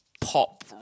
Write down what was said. pop